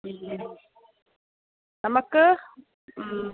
പിന്നെ നമുക്ക്